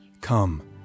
Come